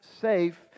safe